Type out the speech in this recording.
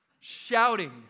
shouting